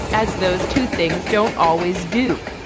as those two things don't always do.